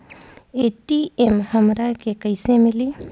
ATM हमरा के कइसे मिली?